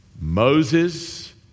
Moses